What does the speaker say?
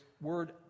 word